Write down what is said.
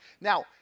Now